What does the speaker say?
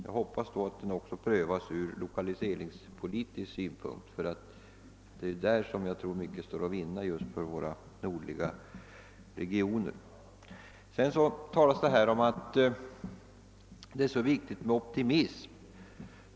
Jag hoppas då att den också prövas från lokaliseringspolitisk synpunkt, ty det är där som jag tror att mycket står att vinna just för våra nordliga regioner. Det sägs här att det är så viktigt med optimism.